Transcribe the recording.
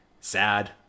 sad